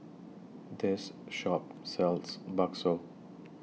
This Shop sells Bakso